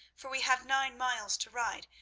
for we have nine miles to ride,